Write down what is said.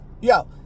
Yo